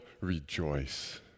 rejoice